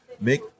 make